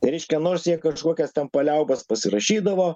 reiškia nors jie kažkokias ten paliaubas pasirašydavo